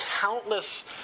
countless